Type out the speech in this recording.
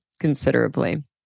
considerably